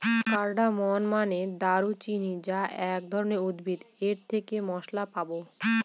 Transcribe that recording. cardamom মানে দারুচিনি যা এক ধরনের উদ্ভিদ এর থেকে মসলা পাবো